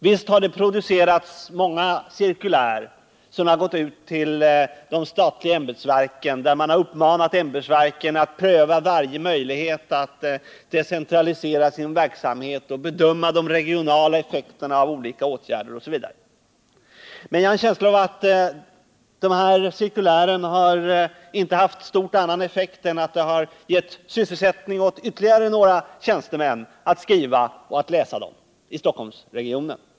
Visst har det producerats många cirkulär som gått ut till de statliga ämbetsverken, där man uppmanat dem att pröva varje möjlighet att decentralisera sin verksamhet och bedöma de regionala effekterna av olika åtgärder, osv. Men jag har en känsla av att dessa cirkulär i stort sett inte haft annan effekt än att de givit sysselsättning åt ytterligare några tjänstemän — för att skriva och läsa dem — i Stockholmsregionen.